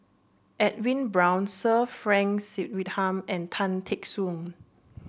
Edwin Brown Sir Frank Swettenham and Tan Teck Soon